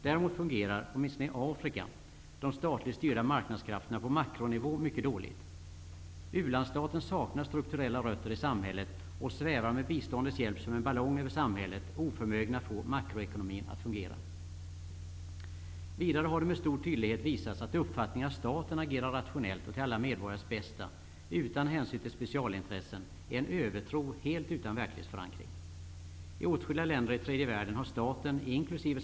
Däremot fungerar, åtminstone i Afrika, de statligt styrda marknadskrafterna på makronivå mycket dåligt. U-landssaten saknar strukturella rötter i samhället och svävar med biståndets hjälp som en ballong över samhället, oförmögen att få makroekonomin att fungera. Vidare har det med stor tydlighet visats att uppfattningen att staten agerar rationellt och till alla medborgares bästa, utan hänsyn till specialintressen, utgör en övertro helt utan verklighetsförankring. I åtskilliga länder i tredje världen har staten, inkl.